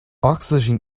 oxygen